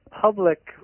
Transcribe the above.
public